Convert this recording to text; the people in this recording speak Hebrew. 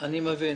אני מבין